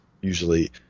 usually